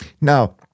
Now